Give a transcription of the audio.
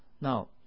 Now